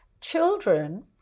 Children